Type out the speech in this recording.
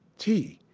t!